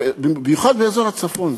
במיוחד באזור הצפון: